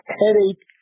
headache